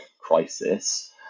crisis